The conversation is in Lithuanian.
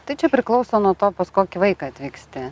tai čia priklauso nuo to pas kokį vaiką atvyksti